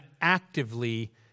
actively